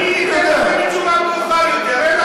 אתן לכם תשובה מאוחר יותר.